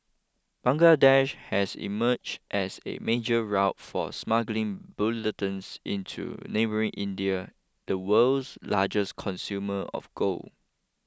Bangladesh has emerged as a major route for smuggling bullion into neighbouring India the world's largest consumer of gold